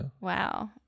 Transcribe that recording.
Wow